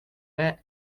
bit